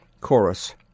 Chorus